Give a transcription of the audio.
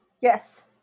Yes